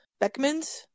Beckmans